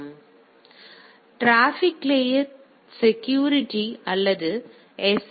அடுத்து traffic layer security அல்லது S